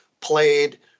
played